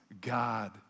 God